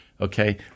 Okay